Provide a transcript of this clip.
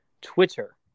Twitter